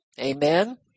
Amen